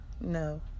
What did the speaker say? No